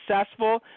successful